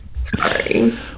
Sorry